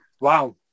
wow